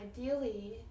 ideally